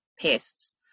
pests